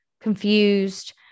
confused